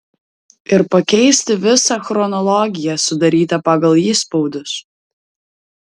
ir pakeisti visą chronologiją sudarytą pagal įspaudus